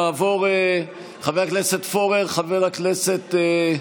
אגב, חיה מהנבונות בחיות הבית, באמת.